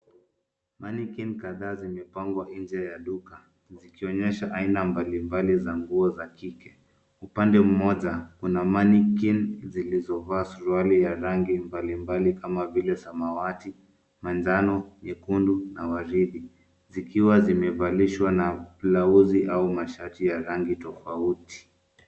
Manikin kadhaa zimepangwa nje ya duka, zikionyesha aina mbalimbali za nguo za kike. Upande mmoja kuna manikin zilizovaa suruali za rangi mbalimbali kama vile samawati, manjano, nyekundu na waridi, zikiwa zimevalishwa na blauzi au mashati ya rangi tofauti.